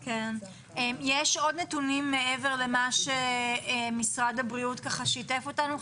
יש עוד נתונים מעבר למה שמשרד הבריאות שיתף אותנו?